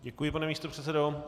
Děkuji, pane místopředsedo.